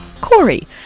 Corey